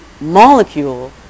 molecule